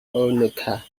anoka